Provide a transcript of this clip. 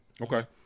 Okay